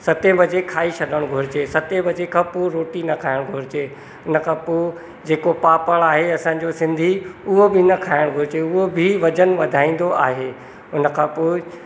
सते बजे खाई छॾणु घुरिजे न सतें बजे खां पोइ रोटी न खाइणु घुरिजे उनखां पोइ जेको पापड़ आहे असांजो सिंधी उहो बि न खाइणु घुरिजे उहो बि वज़न वधाईंदो आहे उनखां पोइ